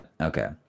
Okay